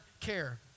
care